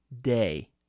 day